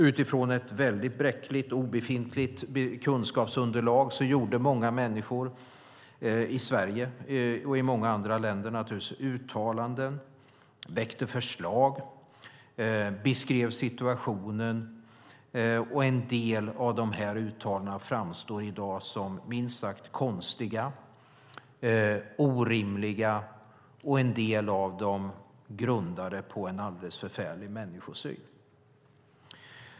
Utifrån ett bräckligt, obefintligt kunskapsunderlag gjorde många människor i Sverige och naturligtvis i andra länder uttalanden, väckte förslag och beskrev situationen. En del av de här uttalandena framstår i dag som minst sagt konstiga, orimliga och en del av dem grundade på en alldeles förfärlig människosyn.